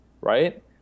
right